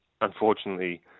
unfortunately